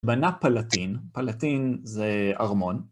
בנה פלטין, פלטין זה ארמון.